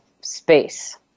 space